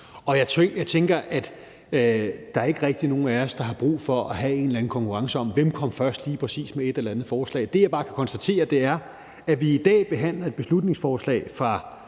Jeg tænker, at der ikke rigtig er nogen af os, der har brug for at have en eller anden konkurrence om, hvem der kom først med lige præcis et eller andet forslag. Det, jeg bare kan konstatere, er, at vi i dag behandler et beslutningsforslag fra